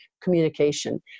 communication